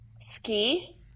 Ski